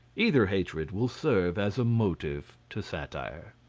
either hatred will serve as a motive to satire.